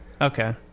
Okay